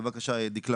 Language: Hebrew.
בתקנה